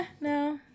no